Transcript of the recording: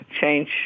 change